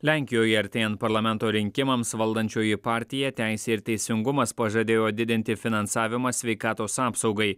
lenkijoje artėjant parlamento rinkimams valdančioji partija teisė ir teisingumas pažadėjo didinti finansavimą sveikatos apsaugai